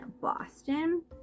Boston